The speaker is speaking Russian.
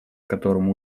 которому